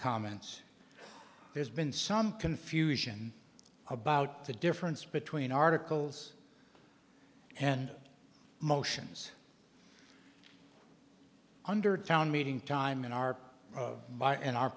comments there's been some confusion about the difference between articles and motions under town meeting time in our by and our